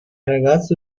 ragazzo